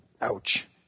Ouch